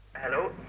Hello